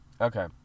Okay